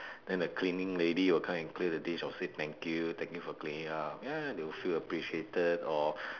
then the cleaning lady will come and clear the dish I'll say thank you thank you for cleaning up ya ya they'll feel appreciated or